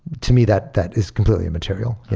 to me, that that is completely immaterial.